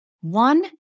one